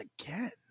again